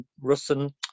Russian